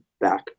back